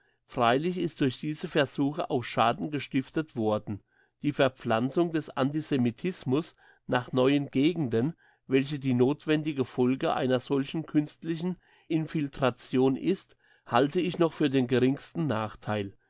freilich ist durch diese versuche auch schaden gestiftet worden die verpflanzung des antisemitismus nach neuen gegenden welche die nothwendige folge einer solchen künstlichen infiltration ist halte ich noch für den geringsten nachtheil